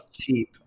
cheap